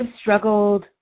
struggled